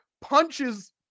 punches